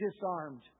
disarmed